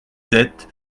sept